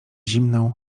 zimną